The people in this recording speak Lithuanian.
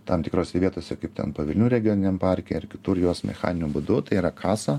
tam tikrose vietose kaip ten pavilnių regioniniam parke ar kitur juos mechaniniu būdu tai yra kasa